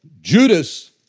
Judas